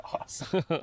awesome